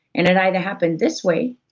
and it either happened this way,